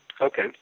Okay